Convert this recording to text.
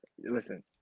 Listen